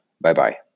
bye-bye